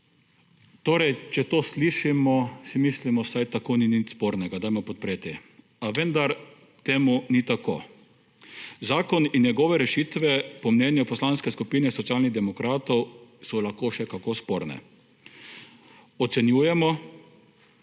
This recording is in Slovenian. Torej, če to slišimo, si mislimo, saj tako ni nič spornega, dajmo podpreti. A vendar temu ni tako. Zakon in njegove rešitve po mnenju Poslanske skupine SD so lahko še kako sporne. Ocenjujemo